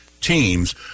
teams